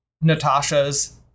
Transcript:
Natasha's